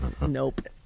Nope